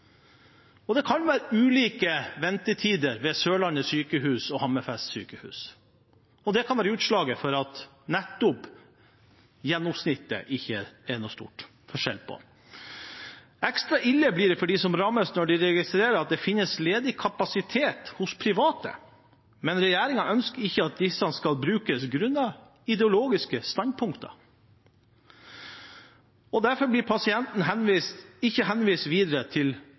Det kan være ulike ventetider ved Sørlandet sykehus og Hammerfest sykehus, og det kan være utslaget som gjør at det nettopp ikke er noen stor forskjell på gjennomsnittet. Ekstra ille blir det for dem som rammes når de registrerer at det finnes ledig kapasitet hos private, men regjeringen ikke ønsker at disse skal brukes grunnet ideologiske standpunkt. Derfor blir ikke pasienten henvist videre til